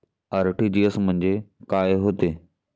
RTGS म्हंजे काय होते?